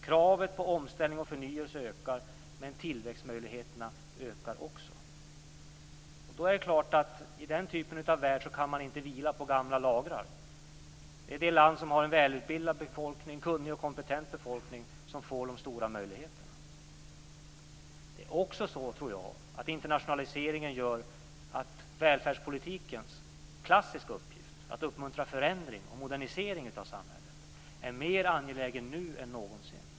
Kravet på omställning och förnyelse ökar, men tillväxtmöjligheterna ökar också. I den typen av värld är det klart att man inte kan vila på gamla lagrar. Det är det land som har en välutbildad, kunnig och kompetent befolkning som får de stora möjligheterna. Det är också så, tror jag, att internationaliseringen gör att välfärdspolitikens klassiska uppgift att uppmuntra förändring och modernisering av samhället är mer angelägen nu än någonsin.